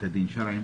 בתי דין שרעיים?